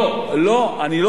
אני לא אומר את זה,